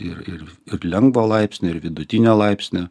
ir ir ir lengvo laipsnio ir vidutinio laipsnio